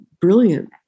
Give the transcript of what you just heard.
brilliant